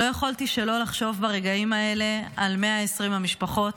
לא יכולתי שלא לחשוב ברגעים האלה על 120 המשפחות,